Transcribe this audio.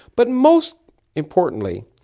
but most importantly,